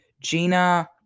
Gina